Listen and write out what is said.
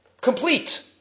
complete